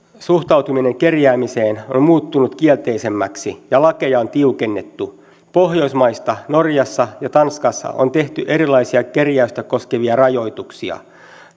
suhtautuminen kerjäämiseen on muuttunut kielteisemmäksi ja lakeja on tiukennettu pohjoismaista norjassa ja tanskassa on tehty erilaisia kerjäystä koskevia rajoituksia